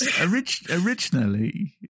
originally